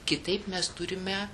kitaip mes turime